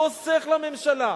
חוסך לממשלה.